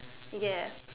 ya